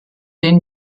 denen